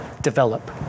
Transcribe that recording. develop